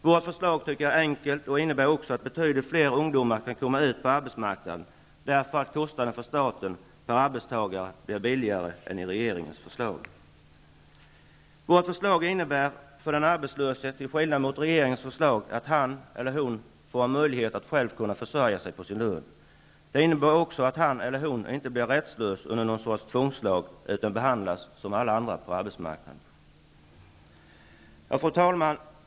Vårt förslag är enkelt och innebär också att betydligt fler ungdomar kan komma ut på arbetsmarknaden, därför att kostnaden för staten per arbetstagare blir lägre än med regeringens förslag. Vårt förslag innebär, till skillnad från regeringens förslag, att den arbetslöse får en möjlighet att själv försörja sig på sin lön. Det innebär också att han eller hon inte blir rättslös under någon sorts tvångslag, utan behandlas som alla andra på arbetsmarknaden. Fru talman!